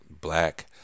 Black